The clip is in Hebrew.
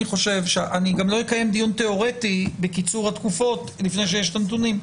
אני גם לא אקיים דיון תיאורטי בקיצור התקופות לפני שיש את הנתונים.